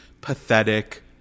pathetic